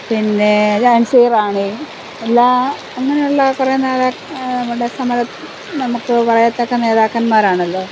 പിന്നെ ജാൻസിറാണി എല്ലാം അങ്ങനെയുള്ള കുറേ നേതാ മ്മടെ സമര നമുക്ക് പറയത്തക്ക നേതാക്കന്മാരാണല്ലോ